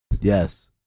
Yes